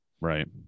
right